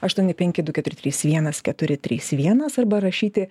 aštuoni penki du keturi trys vienas keturi trys vienas arba rašyti